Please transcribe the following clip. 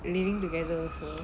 living together also